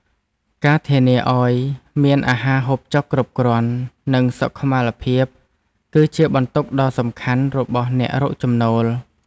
ការធានាឱ្យមានអាហារហូបចុកគ្រប់គ្រាន់ និងសុខុមាលភាព គឺជាបន្ទុកដ៏សំខាន់របស់អ្នករកចំណូល។